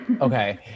Okay